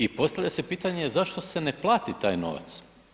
I postavlja se pitanje zašto se ne plati taj novac.